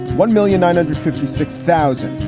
one million nine hundred fifty six thousand.